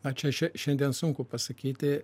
na čia šiandien sunku pasakyti